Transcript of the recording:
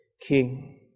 King